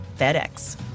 FedEx